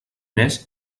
més